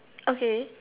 okay